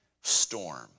storm